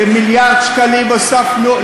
כמיליארד שקלים הוספנו,